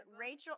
Rachel